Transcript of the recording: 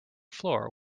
floor